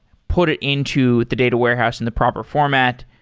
put it into the data warehouse in the proper format.